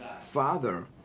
father